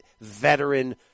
veteran